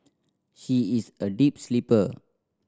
she is a deep sleeper